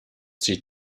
zieht